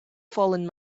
fallen